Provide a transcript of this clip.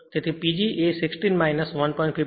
તેથી તે PG હશે 60 1